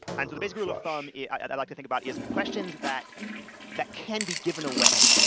and the basic rule of thumb yeah i'd i'd like to think about is questions that that can be given away.